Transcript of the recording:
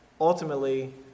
ultimately